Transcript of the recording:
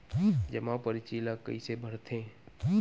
जमा परची ल कइसे भरथे?